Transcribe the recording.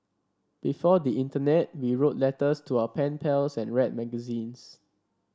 before the internet we wrote letters to our pen pals and read magazines